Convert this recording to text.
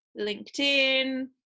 LinkedIn